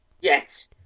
yes